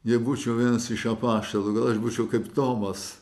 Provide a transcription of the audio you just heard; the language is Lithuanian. jei būčiau vienas iš apaštalų gal aš būčiau kaip tomas